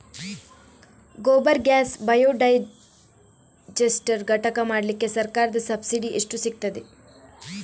Gobar gas biodigester ಘಟಕ ಮಾಡ್ಲಿಕ್ಕೆ ಸರ್ಕಾರದ ಸಬ್ಸಿಡಿ ಎಷ್ಟು ಸಿಕ್ತಾದೆ?